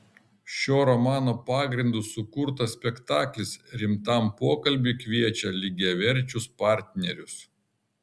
šio romano pagrindu sukurtas spektaklis rimtam pokalbiui kviečia lygiaverčius partnerius